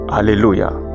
Hallelujah